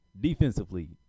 defensively